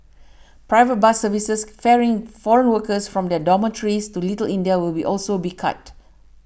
private bus services ferrying foreign workers from their dormitories to Little India will be also be cut